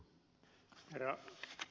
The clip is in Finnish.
herra puhemies